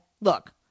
look